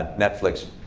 netflix